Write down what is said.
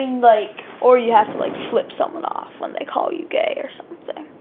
like or you have to like flip someone off when they call you gay or something.